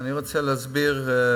תודה לחבר הכנסת רוזנטל.